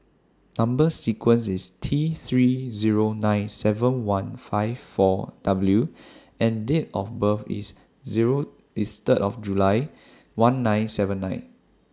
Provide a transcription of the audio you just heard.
Number sequence IS T three Zero nine seven one five four W and Date of birth IS Zero IS Third of July one nine seven nine